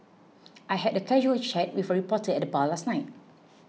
I had a casual chat with a reporter at the bar last night